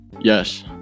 Yes